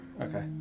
Okay